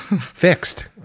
Fixed